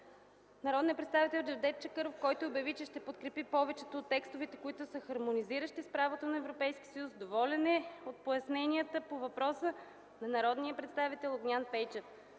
народният представител Джевдет Чакъров, който обяви, че ще подкрепи повечето от текстовете, които са хармонизиращи с правото на Европейския съюз, доволен е от поясненията по въпроса на народния представител Огнян Пейчев,